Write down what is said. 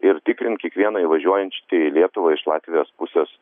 ir tikrint kiekvieną įvažiuojantį į lietuvą iš latvijos pusės